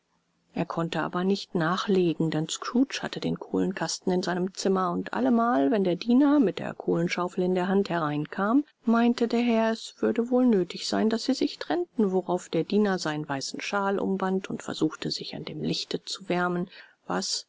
er konnte aber nicht nachlegen denn scrooge hatte den kohlenkasten in seinem zimmer und allemal wenn der diener mit der kohlenschaufel in der hand hereinkam meinte der herr es würde wohl nötig sein daß sie sich trennten worauf der diener seinen weißen shawl umband und versuchte sich an dem lichte zu wärmen was